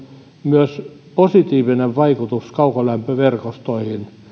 myös positiivinen vaikutus kaukolämpöverkostoihin